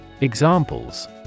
Examples